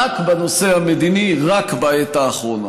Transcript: רק בנושא המדיני, רק בעת האחרונה.